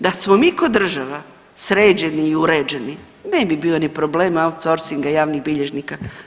Da smo mi ko država sređeni i uređeni ne bi bio ni problem outsourcinga javnih bilježnika.